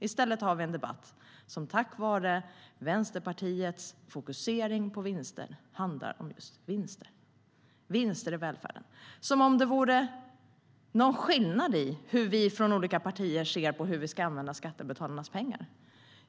I stället har vi en debatt som på grund av Vänsterpartiets fokusering på vinster handlar om just vinster i välfärden. Som om det vore någon skillnad i hur vi från olika partier ser på hur vi ska använda skattebetalarnas pengar!